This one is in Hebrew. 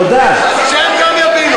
תיזהר במה שאתה אומר.